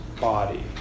body